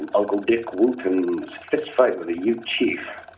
and uncle dick wilkins fistfight with a ute chief,